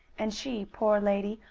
and she, poor lady,